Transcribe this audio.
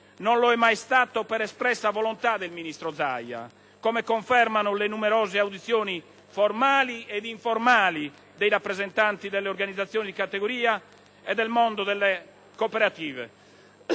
non lo è mai stato per espressa volontà del ministro Zaia, come confermano le numerose audizioni, formali ed informali, dei rappresentanti delle organizzazioni di categoria e del mondo delle cooperative.